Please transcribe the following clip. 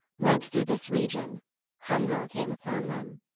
went through this region hunger came upon them.